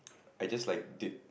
I just like did